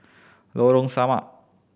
Lorong Samak